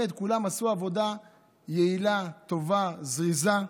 כולם עשו עבודה יעילה, טובה, זריזה.